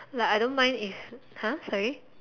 like I don't mind if !huh! sorry